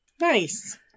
Nice